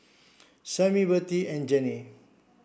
Samie Bertie and Jenni